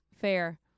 Fair